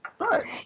Right